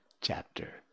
chapter